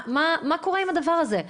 מה קורה עם הדבר הזה?